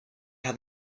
have